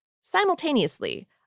Simultaneously